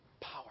Power